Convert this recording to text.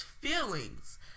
feelings